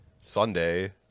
Sunday